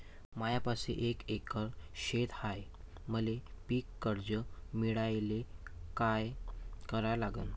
मायापाशी एक एकर शेत हाये, मले पीककर्ज मिळायले काय करावं लागन?